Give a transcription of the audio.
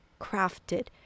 crafted